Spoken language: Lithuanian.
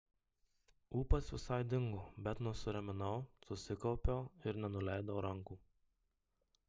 ūpas visai dingo bet nusiraminau susikaupiau ir nenuleidau rankų